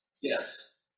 Yes